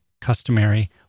customary